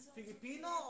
Filipino